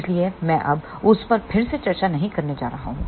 इसलिए मैं अब उस पर फिर से चर्चा नहीं करने जा रहा हूं